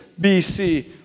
BC